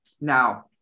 now